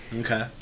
Okay